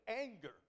anger